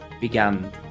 began